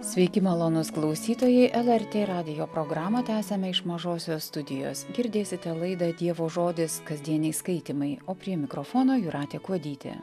sveiki malonūs klausytojai lrt radijo programą tęsiame iš mažosios studijos girdėsite laidą dievo žodis kasdieniai skaitymai o prie mikrofono jūratė kuodytė